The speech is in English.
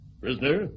Prisoner